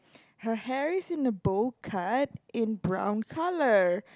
her hair is in a bob cut in brown colour